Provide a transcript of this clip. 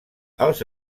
els